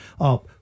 up